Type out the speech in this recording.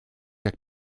jak